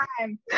time